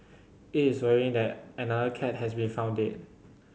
it is worrying that another cat has been found deed